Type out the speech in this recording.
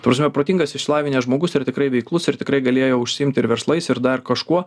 ta prasme protingas išsilavinęs žmogus ir tikrai veiklus ir tikrai galėjo užsiimt ir verslais ir dar kažkuo